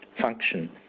function